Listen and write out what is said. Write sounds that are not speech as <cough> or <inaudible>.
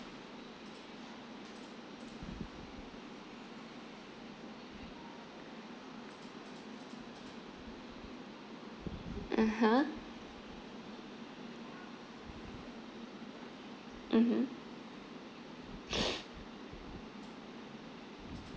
(uh huh) mmhmm <noise>